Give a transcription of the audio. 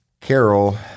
Carol